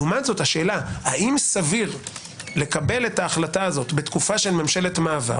לעומת זאת השאלה האם סביר לקבל את ההחלטה הזו בתקופה של ממשלת מעבר